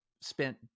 spent